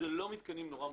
אלה לא מתקנים מאוד מורכבים.